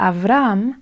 Avram